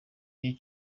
gihe